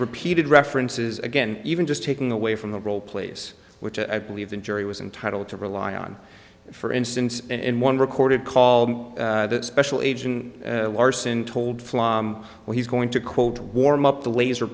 repeated references again even just taking away from the old place which i believe the jury was entitled to rely on for instance in one recorded call that special agent larson told fly where he's going to quote to warm up the laser